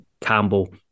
Campbell